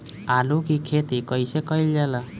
आलू की खेती कइसे कइल जाला?